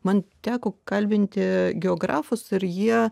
man teko kalbinti geografus ir jie